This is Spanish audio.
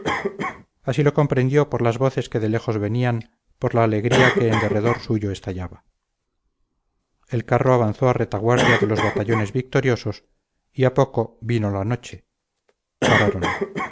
así lo comprendió por las voces que de lejos venían por la alegría que en derredor suyo estallaba el carro avanzó a retaguardia de los batallones victoriosos y a poco vino la noche pararon